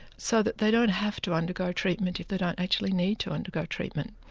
so that they don't have to undergo treatment if they don't actually need to undergo treatment.